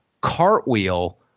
cartwheel